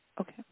Okay